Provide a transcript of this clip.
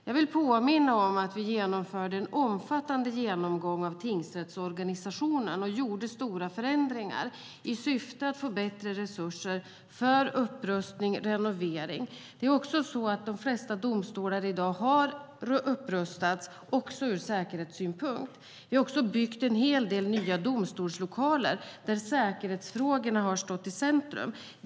Jag vill påminna om att vi genomförde en omfattande genomgång av tingsrättsorganisationen och gjorde stora förändringar i syfte att få bättre resurser för upprustning och renovering. I dag har de flesta domstolar upprustats - också ur säkerhetssynpunkt. Vi har också byggt en hel del nya domstolslokaler, där säkerhetsfrågorna har stått i centrum.